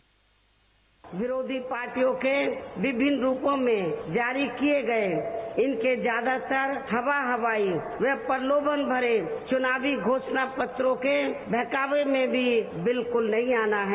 bite विरोधी पार्टियों के विभिन्न रूपों में जारी किये गये इनके ज्यादातर हवा हवाई व प्रलोभन भरे चुनावी घोषणा पत्रों के बहकावे में भी बिल्कुल नही आना है